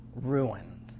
ruined